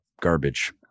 garbage